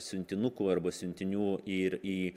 siuntinukų arba siuntinių ir į